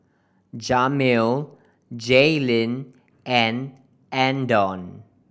Jamil Jaylene and Andon